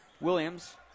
Williams